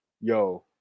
yo